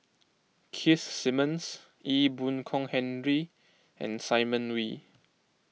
Keith Simmons Ee Boon Kong Henry and Simon Wee